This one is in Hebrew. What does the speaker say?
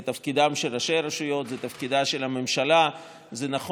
זה תפקידם של ראשי הרשויות, זה תפקידה של הממשלה.